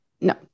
no